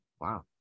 Wow